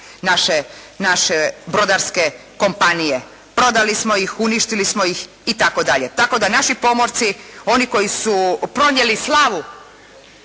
naše brodarske kompanije. Prodali smo ih, uništili smo ih itd. tako da naši pomorci oni koji su pronijeli slavu